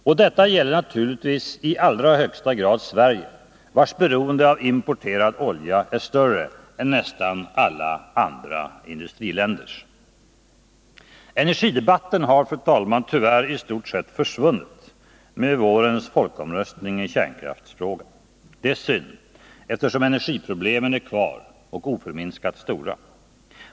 Och detta gäller naturligtvis i allra högsta grad Sverige, vars beroende av importerad olja är större än nästan alla andra industriländers. Energidebatten har tyvärr i stort sett försvunnit med vårens folkomröstning i kärnkraftsfrågan. Det är synd, eftersom energiproblemen är kvar och oförminskat stora.